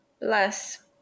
Less